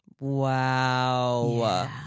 Wow